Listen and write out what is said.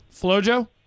FloJo